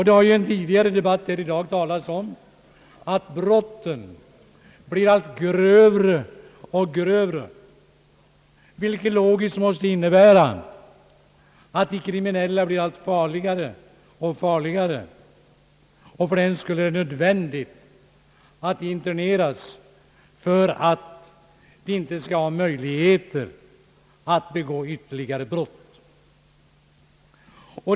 Det har ju i en tidigare debatt här i dag talats om att brotten blir allt grövre, vilket logiskt måste innebära att de kriminella blir allt farligare. Fördenskull är det nödvändigt att de interneras för att de inte skall ha möjligheter att begå ytterligare brott.